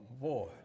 Boy